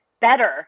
better